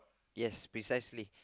yes precisely